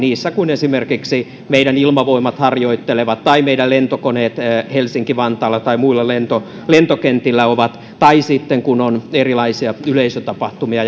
kun esimerkiksi meidän ilmavoimat harjoittelee tai meidän lentokoneet helsinki vantaalla tai muilla lentokentillä ovat tai sitten kun on erilaisia yleisötapahtumia